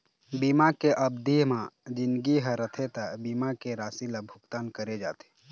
बीमा के अबधि म जिनगी ह रथे त बीमा के राशि ल भुगतान करे जाथे